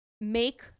make